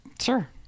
Sure